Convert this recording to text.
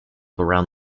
around